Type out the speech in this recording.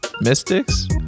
mystics